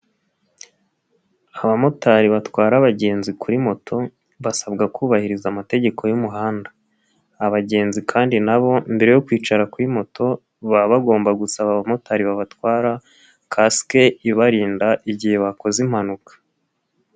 Abamotari batwara abagenzi kuri moto basabwa kubahiriza amategeko y'umuhanda, abagenzi kandi nabo mbere yo kwicara kuri moto baba bagomba gusaba abamotari babatwara kasike ibarinda igihe bakoze impanuka.